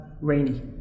Rainy